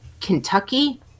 Kentucky